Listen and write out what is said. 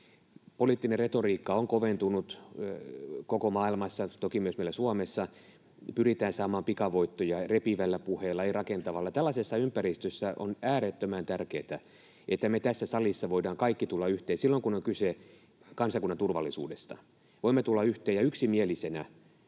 Poliittinen retoriikka on koventunut koko maailmassa, toki myös meillä Suomessa. Pyritään saamaan pikavoittoja repivillä puheilla, ei rakentavilla. Tällaisessa ympäristössä on äärettömän tärkeätä, että me tässä salissa voidaan kaikki tulla yhteen, silloin kun on kyse kansakunnan turvallisuudesta, voimme tulla yhteen ja yksimielisinä